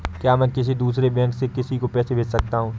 क्या मैं किसी दूसरे बैंक से किसी को पैसे भेज सकता हूँ?